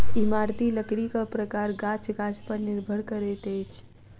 इमारती लकड़ीक प्रकार गाछ गाछ पर निर्भर करैत अछि